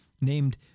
named